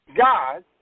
God